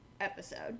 episode